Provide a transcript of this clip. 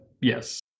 Yes